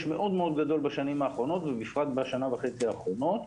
מאוד גדול בשנים האחרונות ובפרט בשנה וחצי האחרונות,